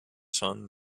sun